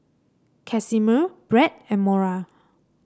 Casimir Bret and Mora